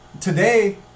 Today